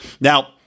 Now